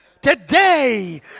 today